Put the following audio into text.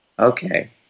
Okay